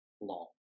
long